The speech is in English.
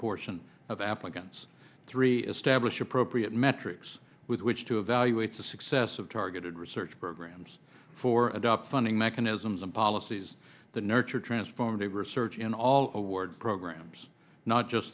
portion of applicants three establish appropriate metrics with which to evaluate the success of targeted research programs for adopt funding mechanisms and policies that nurture transformative research in all of ward programs not just